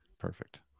Perfect